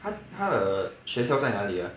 她她的学校在哪里 ah